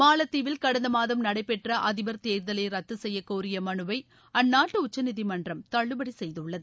மாலத்தீவில் கடந்த மாதம் நடைபெற்ற அதிபர் தேர்தலை ரத்து செய்ய கோரிய மலுவை அந்நாட்டு உச்சநீதிமன்றம் தள்ளுபடி செய்துள்ளது